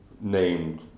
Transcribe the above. named